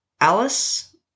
Alice